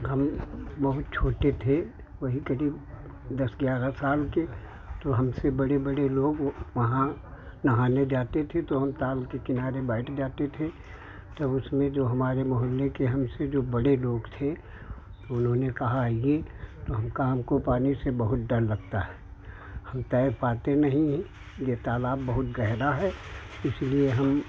हम बहुत छोटे थे वही करीब दस ग्यारह साल के तो हमसे बड़े बड़े लोग वहाँ नहाने जाते थे तो हम ताल के किनारे बैठ जाते थे तो उसमें जो हमारे मोहल्ले के हैं उसमें जो बड़े लोग थे उन्होंने कहा अली तो हम कहा हमको तैरने से बहुत डर लगता है हम तैर पाते ही नहीं है जो तालाब बहुत गहरा है इसीलिए हम